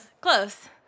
Close